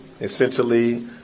Essentially